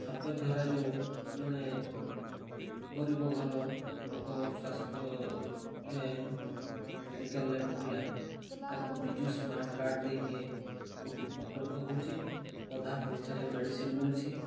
suppose ଧରାଯାଉ ଜଣେ ଗରିବ ଘର ଲୋକ ସ୍ୱାସ୍ଥ୍ୟରେ ମେଡ଼ିକାଲରେ ପଡ଼ିଲା ତାକୁ ବିଜୁ ସ୍ମାର୍ଟ କାର୍ଡ଼ ଦେଇକି ବହୁତ ଉପକୃତ ହେଉଛେ ଅଧା ପଇସାରେ ମେଡ଼ିସିନ ମିଳୁଛି